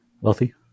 wealthy